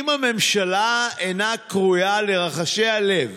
אם אוזן הממשלה אינה כרויה לרחשי הלב